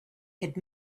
had